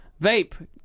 Vape